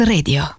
Radio